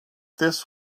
this